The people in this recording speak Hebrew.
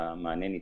והמענה ניתן,